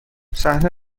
صحنه